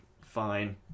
fine